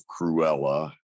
Cruella